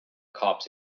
cops